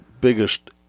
biggest